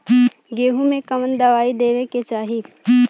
गेहूँ मे कवन दवाई देवे के चाही?